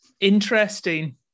interesting